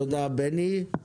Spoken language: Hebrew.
תודה בני.